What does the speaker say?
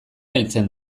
heltzen